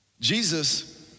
Jesus